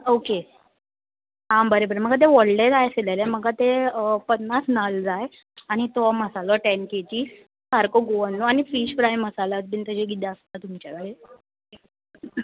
okay आं बरें बरें म्हाका ते व्हडलें जाय आशिल्लें रे म्हाका ते पन्नास नाल्ल जाय आनी तो मसालो टेन केजीस सारको गोवन आनी फीश फ्राय मसाला बीन तेजे किदें आसता तुमचे कडेन